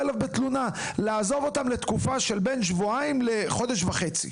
נאלץ לעזוב אותם לתקופה של בין שבועיים לחודש וחצי.